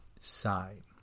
side